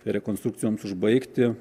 rekonstrukcijoms užbaigti